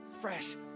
fresh